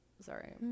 sorry